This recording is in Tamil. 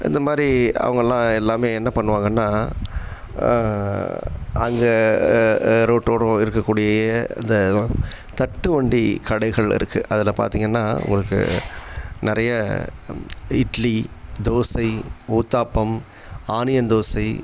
இந்த மாதிரி அவங்கள்லாம் எல்லாம் என்ன பண்ணுவாங்கன்னால் அங்கே ரோட்டோரம் இருக்கக்கூடிய இந்த தட்டுவண்டி கடைகள் இருக்குது அதில் பார்த்தீங்கன்னா உங்களுக்கு நிறைய இட்லி தோசை ஊத்தப்பம் ஆனியன் தோசை